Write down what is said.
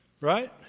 Right